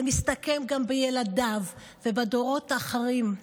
זה מסתכם גם בילדיו ובדורות האחרים.